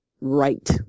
right